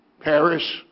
Paris